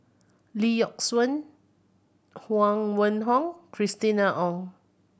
Lee Yock Suan Huang Wenhong Christina Ong